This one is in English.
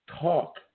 talk